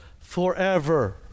forever